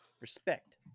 respect